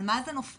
על מה זה נופל